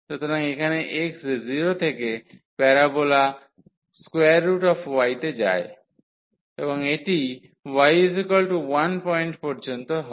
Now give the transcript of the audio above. সুতরাং এখানে x 0 থেকে এই প্যারোবোলা y তে যায় এবং এটি y 1 পয়েন্ট পর্যন্ত হয়